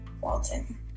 Walton